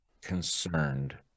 concerned